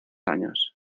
años